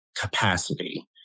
capacity